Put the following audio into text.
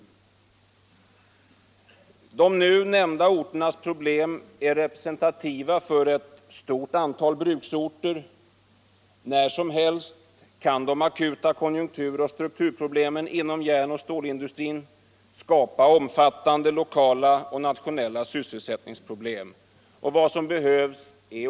De nu nämnda orternas problem är representativa för ett stort antal bruksorter. När som helst kan de akuta konjunkturoch strukturproblemen inom järnoch stålindustrin skapa omfattande lokala och nationella syssel sättningsproblem. Åtgärder behövs nu.